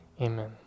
Amen